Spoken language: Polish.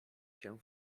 się